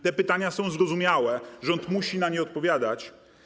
Te pytania są zrozumiałe, rząd musi na nie odpowiadać.